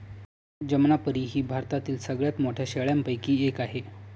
जमनापरी ही भारतातील सगळ्यात मोठ्या शेळ्यांपैकी एक आहे